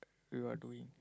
you're doing